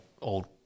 old